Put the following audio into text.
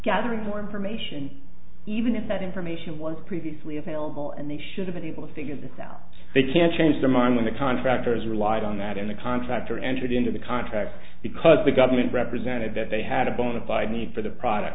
gathering more information even if that information was previously available and they should have been able to figure this out they can change their mind when the contractors relied on that in the contractor entered into the contract because the government represented that they had a bona fide need for the product